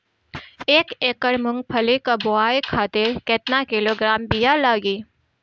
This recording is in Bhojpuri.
एक एकड़ मूंगफली क बोआई खातिर केतना किलोग्राम बीया लागी?